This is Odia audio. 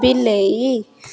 ବିଲେଇ